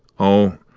oh,